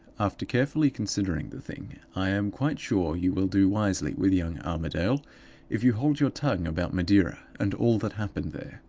after carefully considering the thing, i am quite sure you will do wisely with young armadale if you hold your tongue about madeira and all that happened there.